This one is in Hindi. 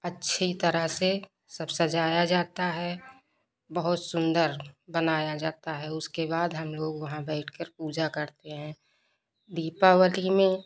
अच्छी तरह से सब सजाया जाता है बहुत सुंदर बनाया जाता है उसके बाद हम लोग वहां बैठकर पूजा करते हैं दीपावली में